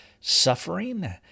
suffering